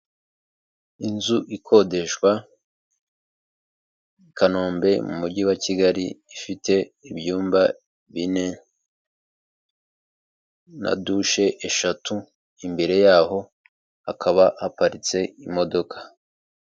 Inzu ikodeshwa i Kanombe mu mujyi wa Kigali ifite ibyumba bine na dushe eshatu imbere yaho hakaba haparitse imodoka.